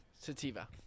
Sativa